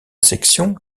section